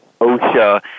OSHA